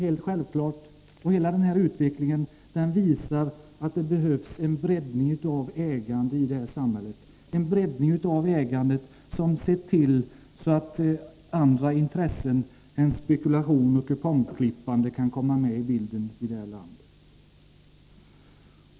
Hela utvecklingen visar att det behövs en breddning av ägandet i samhället, som medför att andra intressen än spekulation och kupongklippande kan komma med i bilden.